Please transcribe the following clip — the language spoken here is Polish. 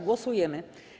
Głosujemy.